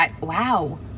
Wow